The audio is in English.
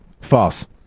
False